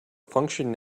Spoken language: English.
function